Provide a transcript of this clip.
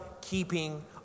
keeping